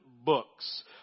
books